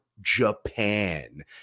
Japan